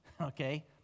okay